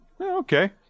okay